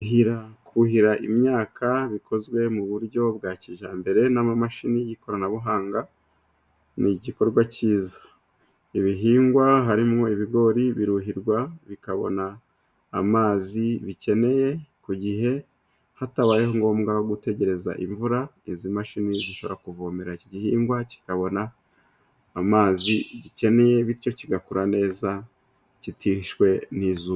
Kuhira imyaka bikozwe mu buryo bwa kijyambere n'amamashini y'ikoranabuhanga, ni igikorwa cyiza. Ibihingwa harimo ibigori biruhirwa bikabona amazi bikeneye ku gihe, bitabaye ngombwa gutegereza imvura. Izi mashini zishobora kuvomera iki igihingwa kikabona amazi gikeneye. Bityo kigakura neza kitishwe n'izuba.